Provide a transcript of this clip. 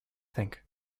think